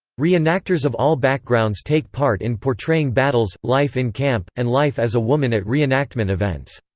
re-enactors of all backgrounds take part in portraying battles, life in camp, and life as a woman at reenactment events.